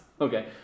Okay